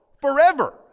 forever